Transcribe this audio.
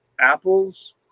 apples